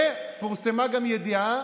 פורסמה גם ידיעה: